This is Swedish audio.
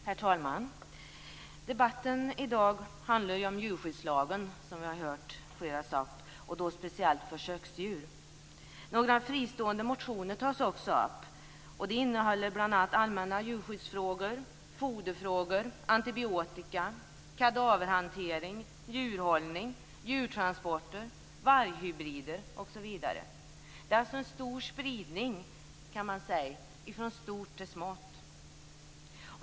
Herr talman! Debatten i dag handlar om djurskyddslagen, som flera har sagt, och då speciellt försöksdjur. Några fristående motioner tas också upp som handlar om allmänna djurskyddsfrågor, foderfrågor, antibiotika, kadaverhantering, djurhållning, djurtransporter, varghybrider osv. Man kan säga att det är en stor spridning, från stort till smått.